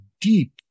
deep